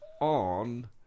on